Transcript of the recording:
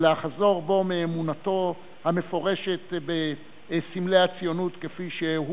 לחזור בו מאמונתו המפורשת בסמלי הציונות כפי שהוא